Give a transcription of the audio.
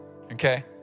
Okay